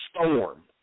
storm